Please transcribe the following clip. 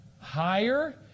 higher